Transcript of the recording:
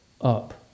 up